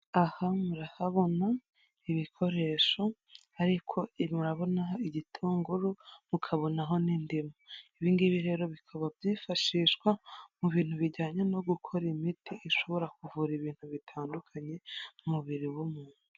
Aha murahabona ibikoresho, ariko murabona igitunguru, mukabonaho n'indimu. Ibi ngibi rero bikaba byifashishwa mu bintu bijyanye no gukora imiti, ishobora kuvura ibintu bitandukanye mu mubiri w'umuntu.